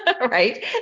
right